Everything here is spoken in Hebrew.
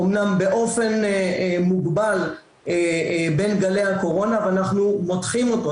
אמנם באופן מוגבל בין גלי הקורונה ואנחנו מותחים אותו,